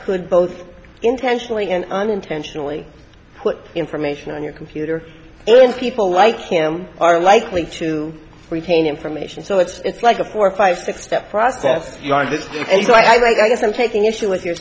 could both intentionally and unintentionally put information on your computer and people like him are likely to retain information so it's like a four five six step process you are just so i guess i'm taking issue with your